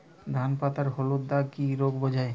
ধান পাতায় হলুদ দাগ কি রোগ বোঝায়?